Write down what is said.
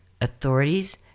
authorities